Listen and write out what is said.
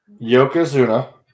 Yokozuna